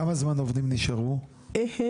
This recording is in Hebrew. כמה זמן עובדים נשארו בממוצע?